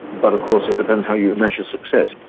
but of course it depends how you measure success.